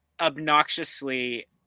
Obnoxiously